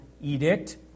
edict